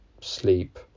sleep